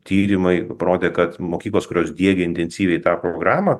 tyrimai parodė kad mokyklos kurios diegė intensyviai tą programą